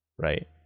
Right